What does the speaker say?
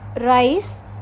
rice